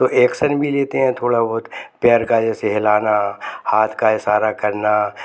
तो एक्शन भी लेते हैं थोड़ा बहुत पैर का जैसे हिलाना हाथ का इशारा करना